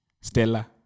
Stella